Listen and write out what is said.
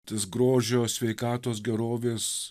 tas grožio sveikatos gerovės